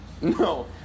No